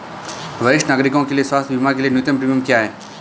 वरिष्ठ नागरिकों के स्वास्थ्य बीमा के लिए न्यूनतम प्रीमियम क्या है?